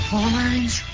Horns